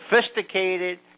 sophisticated